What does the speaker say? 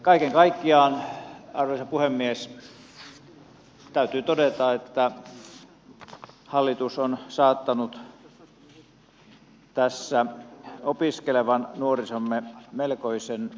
kaiken kaikkiaan arvoisa puhemies täytyy todeta että hallitus on saattanut tässä opiskelevan nuorisomme melkoisen hämmennyksen valtaan